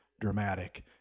dramatic